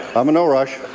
i'm in no rush.